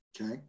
okay